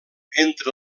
entre